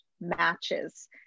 matches